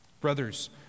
Brothers